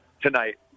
tonight